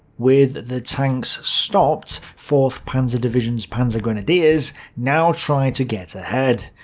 with the tanks stopped, fourth panzer division's panzergrenadiers now tried to get ahead.